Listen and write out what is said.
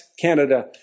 Canada